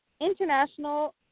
international